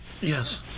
Yes